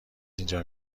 اینجا